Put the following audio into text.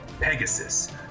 Pegasus